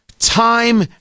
Time